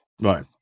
Right